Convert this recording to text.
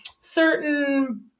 certain